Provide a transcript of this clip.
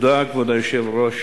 כבוד היושב-ראש,